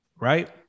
right